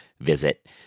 Visit